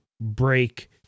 break